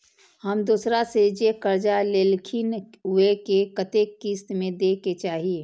हम दोसरा से जे कर्जा लेलखिन वे के कतेक किस्त में दे के चाही?